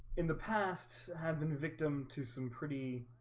in the past had been victim to some pretty